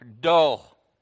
dull